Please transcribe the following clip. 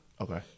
Okay